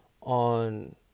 on